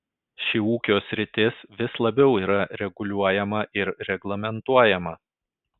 ši ūkio sritis vis labiau yra reguliuojama ir reglamentuojama